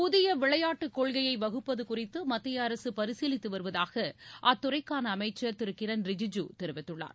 புதிய விளையாட்டுக் கொள்கை வகுப்பது குறித்து மத்திய அரசு பரிசிலித்து வருவதாக அத்துறைக்கான அமைச்சர் திரு கிரண் ரிஜிஜு தெரிவித்துள்ளார்